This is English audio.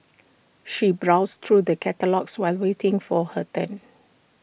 she browsed through the catalogues while waiting for her turn